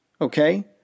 okay